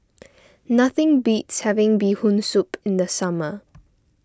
nothing beats having Bee Hoon Soup in the summer